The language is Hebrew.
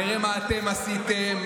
נראה מה אתם עשיתם,